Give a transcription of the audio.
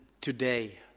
today